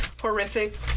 horrific